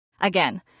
Again